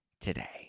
today